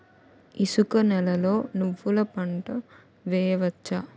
ఇసుక నేలలో నువ్వుల పంట వేయవచ్చా?